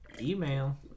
Email